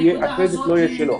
הקרדיט לא יהיה שלו.